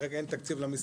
כרגע אין תקציב למשרד.